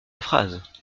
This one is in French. phrase